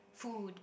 food